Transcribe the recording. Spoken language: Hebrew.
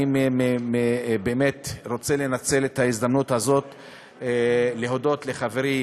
אני רוצה לנצל את ההזדמנות הזאת להודות לחברי